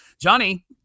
johnny